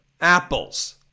apples